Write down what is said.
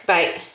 Bye